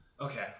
Okay